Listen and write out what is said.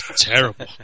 terrible